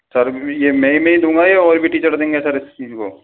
sir यह मैं ही मैं ही दूंगा या और भी टीचर देंगे सर इस चीज़ को